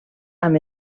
amb